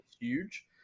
huge